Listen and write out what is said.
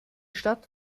stadt